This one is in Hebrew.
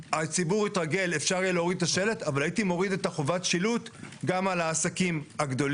חוק הגנת הצרכן אדוני מעדיף שיסמנו כל שקית בתג מחיר?